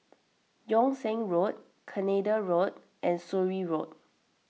Yung Sheng Road Canada Road and Surrey Road